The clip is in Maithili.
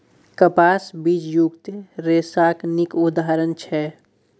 कपास बीजयुक्त रेशाक नीक उदाहरण छै